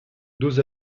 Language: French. dos